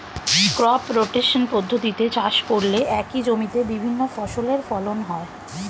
crop rotation পদ্ধতিতে চাষ করলে একই জমিতে বিভিন্ন ফসলের ফলন হয়